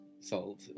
salt